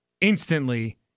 instantly